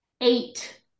eight